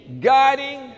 guiding